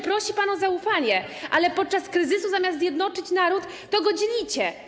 Prosi pan o zaufanie, ale podczas kryzysu, zamiast zjednoczyć naród, to go dzielicie.